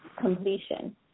completion